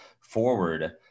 forward